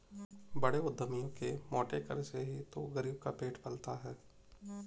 बड़े उद्यमियों के मोटे कर से ही तो गरीब का पेट पलता है